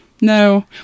No